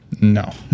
No